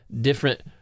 different